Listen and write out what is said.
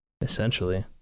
Essentially